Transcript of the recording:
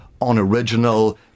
unoriginal